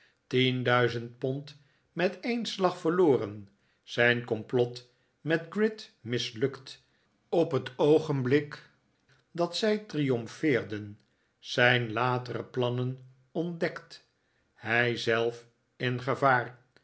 duizend pond met een slag verloren zijn complot met gride mislukt op het oogenblik dat zij triomfeerden zijn latere plannen ontdekt hij zelf in gevaar